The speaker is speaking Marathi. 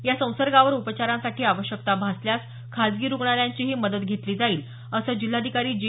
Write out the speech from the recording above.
या संसर्गावर उपचारांसाठी आवश्यकता भासल्यास खासगी रुग्णालयांचीही मदत घेतली जाईल असं जिल्हाधिकारी जी